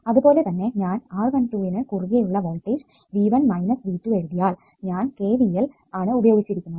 അതുപോലെതന്നെ ഞാൻ R12 നു കുറുകെ ഉള്ള വോൾടേജ് V1 V2 എഴുതിയാൽ ഞാൻ KVL ആണ് ഉപയോഗച്ചിരിക്കുന്നത്